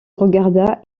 regarda